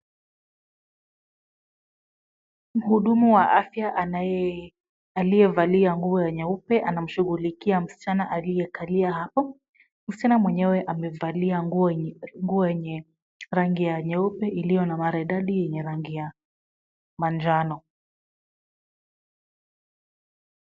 Mhudumu wa afya aliyevalia nguo nyeupe anamshughulikia msichana aliyekalia hapo. Msichana mwenyewe amevalia nguo yenye rangi ya nyeupe iliyo na maridadi yenye rangi ya manjano.